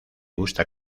gusta